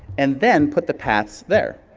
and then put the paths there.